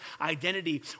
identity